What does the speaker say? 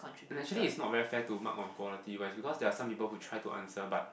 no actually it's not very fair to mark on quality but it's because there are some people who try to answer but